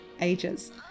ages